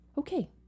okay